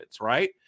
right